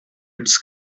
its